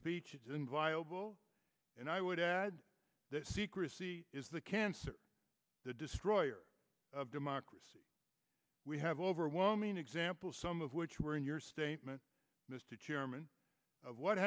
speech is inviolable and i would add that secrecy is the cancer the destroyer of democracy we have overwhelming example some of which were in your statement mr chairman of what